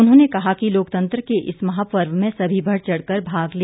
उन्होंने कहा कि लोकतंत्र के इस महापर्व में सभी बढ़ चढ़ कर भाग ले